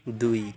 ଦୁଇ